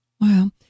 Wow